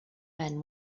men